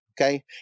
okay